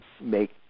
make